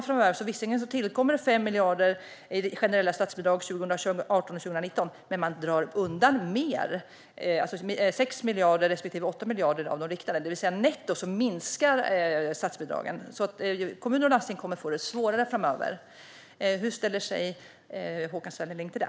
Framöver tillkommer det visserligen 5 miljarder i generella statsbidrag 2018 och 2019, men man drar undan mer - 6 miljarder respektive 8 miljarder - av de riktade statsbidragen, det vill säga att netto minskar statsbidragen. Kommuner och landsting kommer alltså att få det svårare framöver. Hur ställer sig Håkan Svenneling till det?